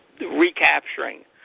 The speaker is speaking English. recapturing